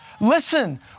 Listen